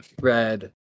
red